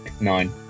Nine